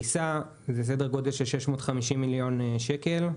סדר גודל של 650 מיליון שקל.